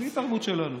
בלי התערבות שלנו.